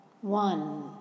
one